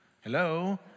Hello